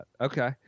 Okay